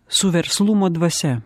su verslumo dvasia